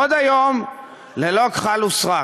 עוד היום ללא כחל ושרק.